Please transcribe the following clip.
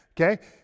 okay